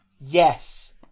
Yes